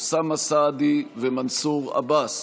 אוסאמה סעדי ומנסור עבאס.